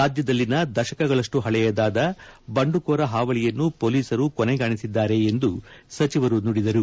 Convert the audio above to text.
ರಾಜ್ಯದಲ್ಲಿನ ದಶಕಗಳಷ್ಟು ಪಳೆಯದಾದ ಬಂಡುಕೋರ ಹಾವಳಿಯನ್ನು ಪೊಲೀಸರು ಕೊನೆಗಾಣಿಸಿದ್ದಾರೆ ಎಂದು ಸಚಿವರು ನುಡಿದರು